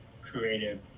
creative